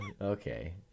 Okay